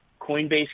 Coinbase